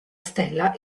stella